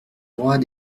droits